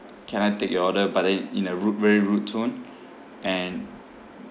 can I take your order but then in a rude very rude tone and